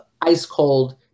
ice-cold